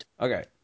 Okay